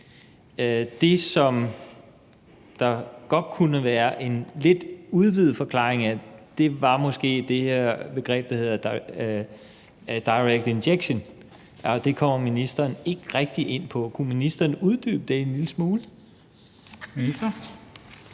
Det, som der godt kunne være en lidt udvidet forklaring på, var måske det her begreb, der hedder direct injection, og det kommer ministeren ikke rigtig ind på. Kunne ministeren uddybe det en lille smule? Kl.